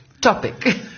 topic